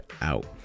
out